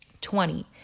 Twenty